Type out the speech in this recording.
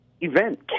event